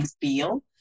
feel